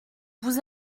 vous